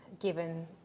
given